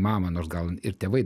mamą nors gal ir tėvai